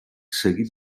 seguit